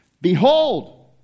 behold